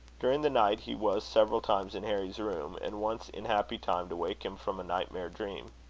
during the night he was several times in harry's room, and once in happy time to wake him from a nightmare dream.